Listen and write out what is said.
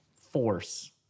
force